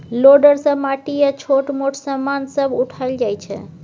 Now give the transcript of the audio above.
loader सँ माटि आ छोट मोट समान सब उठाएल जाइ छै